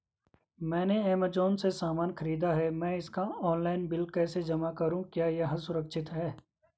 मैंने ऐमज़ान से सामान खरीदा है मैं इसका ऑनलाइन बिल कैसे जमा करूँ क्या यह सुरक्षित है?